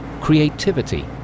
creativity